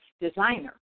designer